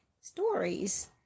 stories